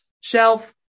shelf